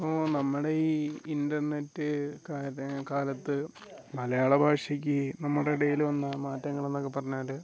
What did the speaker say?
ഓ നമ്മുടെ ഈ ഇൻ്റർനെറ്റ് കാലത്ത് മലയാള ഭാഷയ്ക്ക് നമ്മുടെ ഇടയിൽ വന്ന മാറ്റങ്ങൾ എന്നൊക്ക പറഞ്ഞാൽ